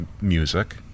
music